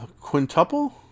quintuple